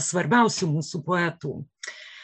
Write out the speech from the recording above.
svarbiausių mūsų poetų